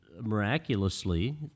miraculously